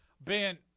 Ben